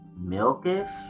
milkish